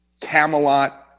Camelot